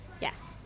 Yes